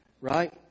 Right